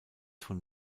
von